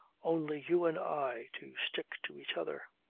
only you and i, to stick to each other.